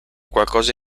qualcosa